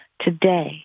Today